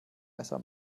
messer